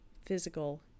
physical